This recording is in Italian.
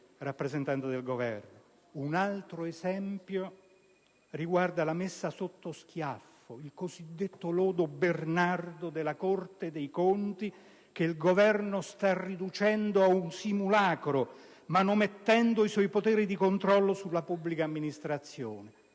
rappresentanti del Governo, riguarda la messa sotto schiaffo, con il cosiddetto lodo Bernardo, della Corte dei conti, che il Governo sta riducendo a un simulacro, manomettendo i suoi poteri di controllo sulla pubblica amministrazione.